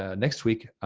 ah next week,